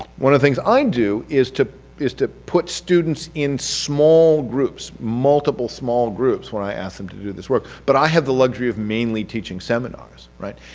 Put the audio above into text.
one of the things i do is is to put students in small groups, multiple small groups when i ask them to do this work, but i have the luxury of mainly teaching seminars, right?